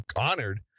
honored